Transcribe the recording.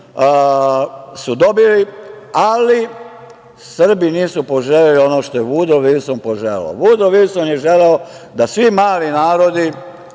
su i dobili. Ali, Srbi nisu poželeli ono što je Vudro Vilson poželeo. Vudro Vilson je želeo da svi mali narodi,